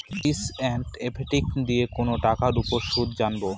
ফিচ and effective দিয়ে কোনো টাকার উপর সুদ জানবো